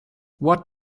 what